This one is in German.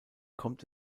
kommt